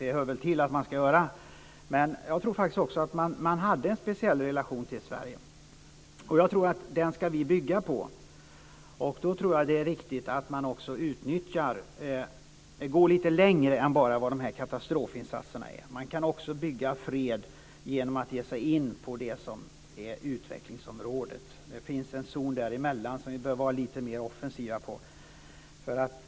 Det hör väl till att man ska göra det, men jag tror att man hade en speciell relation till Sverige. Den ska vi bygga vidare på. Då är det riktigt att gå lite längre än katastrofinsatserna. Det går också att bygga fred genom att ge sig in på utvecklingsområdet. Det finns en zon där vi bör vara mer offensiva.